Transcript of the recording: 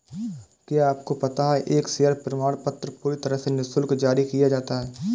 क्या आपको पता है एक शेयर प्रमाणपत्र पूरी तरह से निशुल्क जारी किया जाता है?